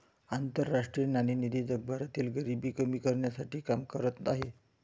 आंतरराष्ट्रीय नाणेनिधी जगभरातील गरिबी कमी करण्यासाठी काम करत आहे